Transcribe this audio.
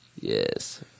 yes